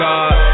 God